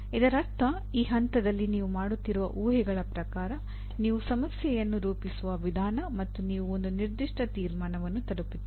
ಇದರರ್ಥ ಈ ಹಂತದಲ್ಲಿ ನೀವು ಮಾಡುತ್ತಿರುವ ಊಹೆಗಳ ಪ್ರಕಾರ ನೀವು ಸಮಸ್ಯೆಯನ್ನು ರೂಪಿಸುವ ವಿಧಾನ ಮತ್ತು ನೀವು ಒಂದು ನಿರ್ದಿಷ್ಟ ತೀರ್ಮಾನವನ್ನು ತಲುಪುತ್ತೀರಿ